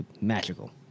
magical